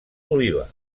oliva